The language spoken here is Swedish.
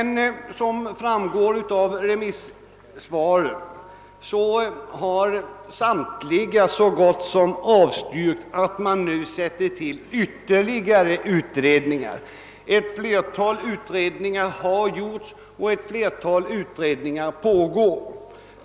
Nästan samtliga remissvar har avstyrkt att man nu tillsätter ytterligare en utredning. Ett flertal utredningar har gjorts och ett flertal pågår.